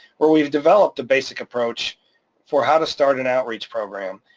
where we've developed a basic approach for how to start an outreach program,